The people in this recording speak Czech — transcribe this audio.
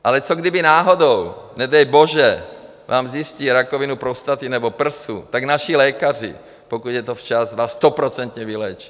Ale co kdyby náhodou, nedej bože, vám zjistí rakovinu prostaty nebo prsu, tak naši lékaři, pokud je to včas, vás stoprocentně vyléčí.